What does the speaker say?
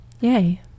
Yay